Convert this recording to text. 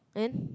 and